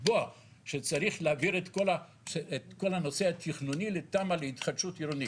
שצריך להעביר את כל הנושא התכנוני לתמ"א להתחדשות עירונית.